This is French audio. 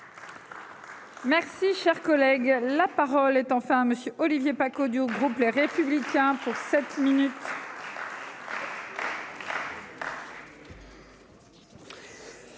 Merci, cher collègue, la parole est enfin monsieur Olivier Paccaud du groupe. Les républicains pour 7 minutes.